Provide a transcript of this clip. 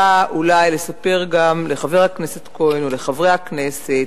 לספר גם לחבר הכנסת כהן ולחברי הכנסת